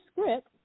script